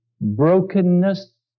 brokenness